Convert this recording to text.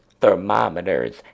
thermometers